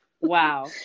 Wow